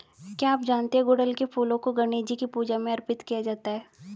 क्या आप जानते है गुड़हल के फूलों को गणेशजी की पूजा में अर्पित किया जाता है?